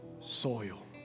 soil